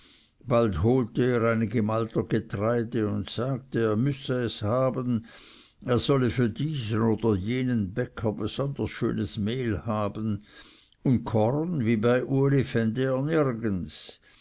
bald holte er einige malter getreide und sagte er müsse es haben er solle für diesen oder jenen bäcker besonders schönes mehl haben und korn wie bei uli fände er nirgends